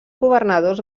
governadors